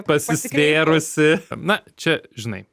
pasisvėrusi na čia žinai